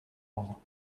all